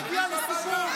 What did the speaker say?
ואטורי, תצטרף גם.